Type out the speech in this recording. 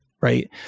right